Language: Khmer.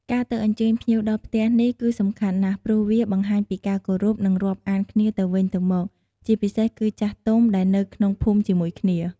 ការទៅអញ្ជើញភ្ញៀវដល់ផ្ទះនេះគឺសំខាន់ណាស់ ព្រោះវាបង្ហាញពីការគោរព និងរាប់អានគ្នាទៅវិញទៅមក ជាពិសេសគឺចាស់ទុំដែលនៅក្នុងភូមិជាមួយគ្នា។